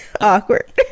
awkward